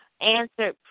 answered